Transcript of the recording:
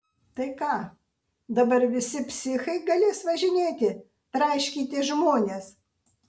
tai ką dabar visi psichai galės važinėti traiškyti žmones